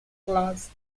class